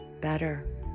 better